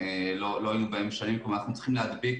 אנחנו צריכים להדביק